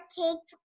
cake